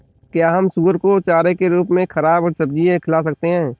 क्या हम सुअर को चारे के रूप में ख़राब सब्जियां खिला सकते हैं?